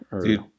Dude